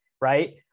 right